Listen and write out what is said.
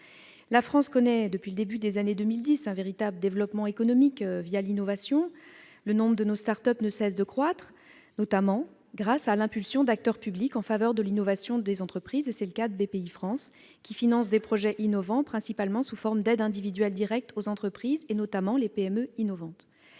La France connaît depuis le début des années 2010 un vrai développement économique l'innovation. Le nombre de nos start-up ne cesse de croître, notamment grâce à l'impulsion d'acteurs publics en faveur de l'innovation des entreprises. C'est le cas de Bpifrance, qui finance des projets innovants, principalement sous la forme d'aides individuelles directes aux entreprises, et notamment les PME innovantes.